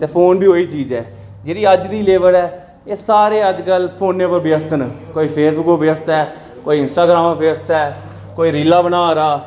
ते फोन बी ओह् ही चीज ऐ जेह्ड़ी अज्ज दी लेबर ऐ अज्ज कल फोनै पर व्यस्त न कोई फेसबुक पर व्यस्त ऐ कोई इंस्टाग्राम पर व्यस्त ऐ कोई रीलां बना दा